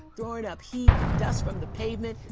throwing up heat and dust from the pavement.